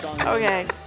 Okay